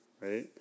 right